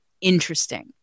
interesting